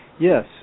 Yes